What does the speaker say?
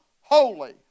holy